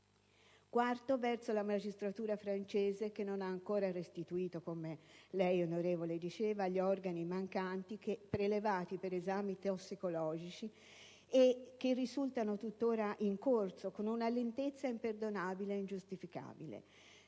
luogo, verso la magistratura francese che non ha ancora restituito, come l'onorevole Craxi ha detto, gli organi mancanti prelevati per esami tossicologici che risultano tuttora in corso, a causa di una lentezza imperdonabile e ingiustificabile;